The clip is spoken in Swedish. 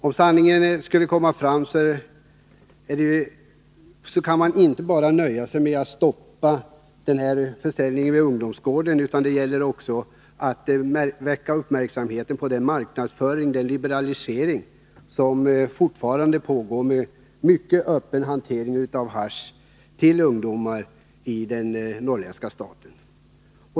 Om sanningen skall fram kan man inte bara nöja sig med att stoppa försäljningen vid ungdomsgården. Det gäller också att fästa uppmärksamhet på den marknadsföring, den liberalisering som fortfarande pågår. Det är en mycket öppen hantering av hasch till ungdomar i den holländska staten.